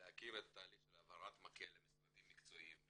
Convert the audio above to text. להכיר את התהליך של העברת מקל למשרדים מקצועיים,